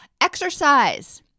Exercise